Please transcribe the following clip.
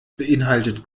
beinhaltet